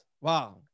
Wow